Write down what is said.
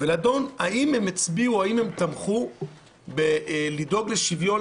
ולראות האם תמכו בדאגה לשוויון,